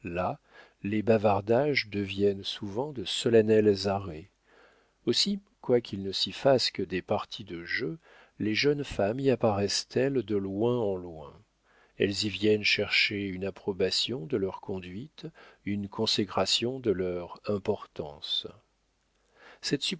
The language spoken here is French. les bavardages deviennent souvent de solennels arrêts aussi quoiqu'il ne s'y fasse que des parties de jeu les jeunes femmes y apparaissent elles de loin en loin elles y viennent chercher une approbation de leur conduite une consécration de leur importance cette